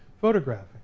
photographing